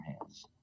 hands